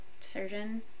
surgeon